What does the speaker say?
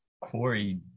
Corey